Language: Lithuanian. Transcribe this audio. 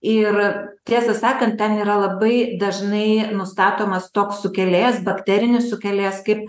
ir tiesą sakant ten yra labai dažnai nustatomas toks sukėlėjas bakterinis sukėlėjas kaip